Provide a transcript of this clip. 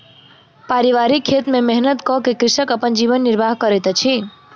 पारिवारिक खेत में मेहनत कअ के कृषक अपन जीवन निर्वाह करैत अछि